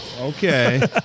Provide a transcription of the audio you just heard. Okay